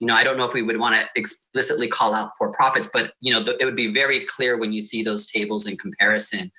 i don't know if we would want to explicitly call out for profits, but you know but it would be very clear when you see those tables in comparison,